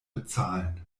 bezahlen